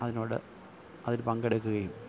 അതിനോട് അതിൽ പങ്കെടുക്കുകയും